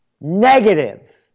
Negative